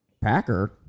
Packer